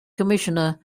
commissioner